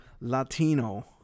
Latino